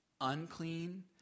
unclean